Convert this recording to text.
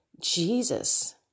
Jesus